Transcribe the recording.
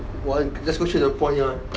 why just go straight to the point ya